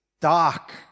dark